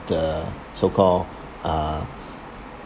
the so-called uh